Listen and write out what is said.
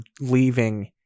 leaving